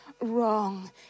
wrong